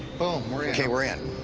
boom, we're in. ok, we're in.